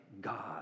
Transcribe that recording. God